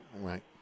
Right